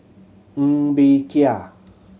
Ng Bee Kia